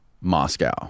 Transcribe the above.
Moscow